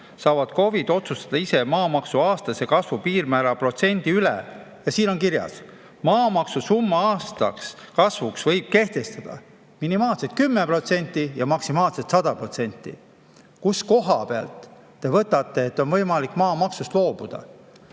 saavad KOV-id otsustada ise maamaksu aastase kasvu piirmäära protsendi üle. Ja siin on kirjas: maamaksu summa aastaseks kasvuks võib kehtestada minimaalselt 10% ja maksimaalselt 100%. Kust te võtate, et on võimalik maamaksust loobuda?